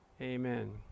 Amen